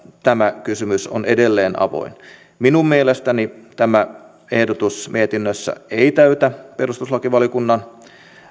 tämä kysymys on edelleen avoin minun mielestäni tämä ehdotus mietinnössä ei täytä perustuslakivaliokunnan